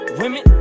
women